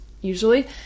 usually